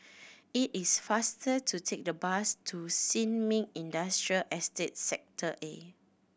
it is faster to take the bus to Sin Ming Industrial Estate Sector A